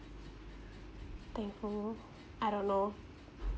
thankful I don't know